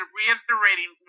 reiterating